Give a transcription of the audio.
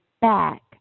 back